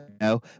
no